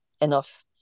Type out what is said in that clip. enough